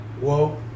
Whoa